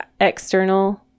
external